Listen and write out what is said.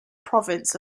province